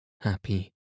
happy